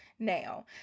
now